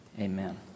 amen